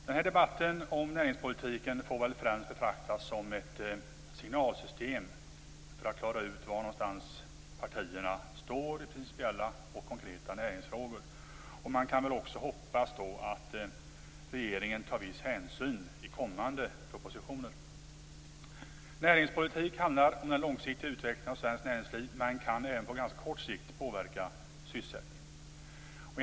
Herr talman! Denna debatt om näringspolitiken får främst betraktas som ett signalsystem för att klara ut var någonstans partierna står i principiella och konkreta näringsfrågor. Man kan kanske hoppas att regeringen tar viss hänsyn i kommande propositioner. Näringspolitik handlar om den långsiktiga utvecklingen av svenskt näringsliv men kan även på ganska kort sikt påverka sysselsättningen.